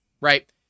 right